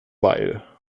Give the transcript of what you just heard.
beil